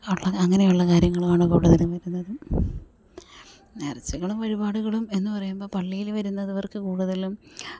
ഉള്ളത് അങ്ങനെയുള്ള കാര്യങ്ങളുമാണ് കൂടുതലും വരുന്നതും നേർച്ചകളും വഴിപാടുകളും എന്നു പറയുമ്പം പള്ളിയിൽ വരുന്നവർക്കു കൂടുതലും